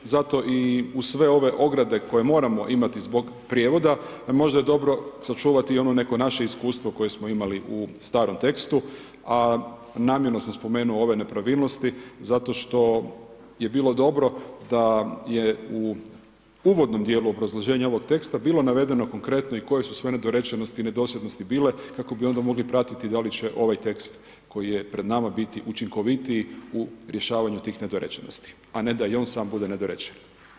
Zato i uz sve ove ograde koje moramo imati zbog prijevoda, možda je dobro sačuvati i ono neko naše iskustvo koje smo imali u starom tekstu, a namjerno sam spomenuo ove nepravilnosti zato što je bilo dobro da je u uvodnom dijelu obrazloženja ovog teksta bilo navedeno i konkretno i koje su sve nedorečenosti i nedosljednosti bile kako bi onda mogli pratiti da li će ovaj tekst koji je pred nama biti učinkovitiji u rješavanju tih nedorečenosti, a ne da i on sam bude nedorečen.